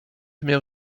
miał